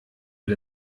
mit